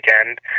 weekend